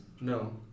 No